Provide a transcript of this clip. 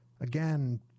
Again